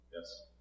Yes